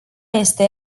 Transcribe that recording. este